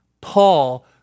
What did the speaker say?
Paul